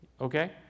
Okay